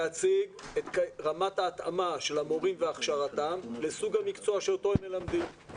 להציג את רמת ההתאמה של המורים והכשרתם לסוג המקצוע שאותו הם מלמדים.